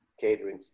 Catering